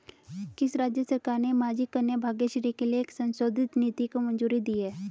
किस राज्य सरकार ने माझी कन्या भाग्यश्री के लिए एक संशोधित नीति को मंजूरी दी है?